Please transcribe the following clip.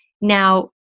now